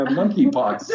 monkeypox